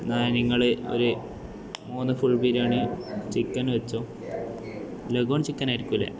എന്നാൽ നിങ്ങള് ഒരു മൂന്നു ഫുൾ ബിരിയാണി ചിക്കൻ വെച്ചൊ ലെഗ് ഓൺ ചിക്കൻ ആയിരിക്കുകയില്ലെ